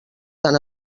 tan